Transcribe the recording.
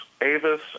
Avis